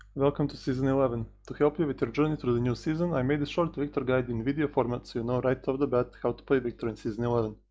welcome to season eleven, to help you with your journey throught the new season, i made this short viktor guide in video format so you know right of the bat how to play viktor in season eleven